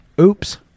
Oops